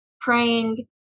praying